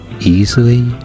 easily